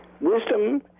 wisdom